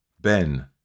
Ben